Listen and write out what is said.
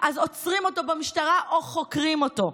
אז עוצרים אותו במשטרה או חוקרים אותו".